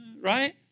Right